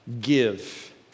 Give